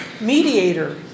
mediator